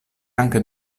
anche